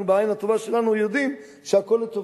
אנחנו בעין הטובה שלנו יודעים שהכול לטובה,